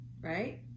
right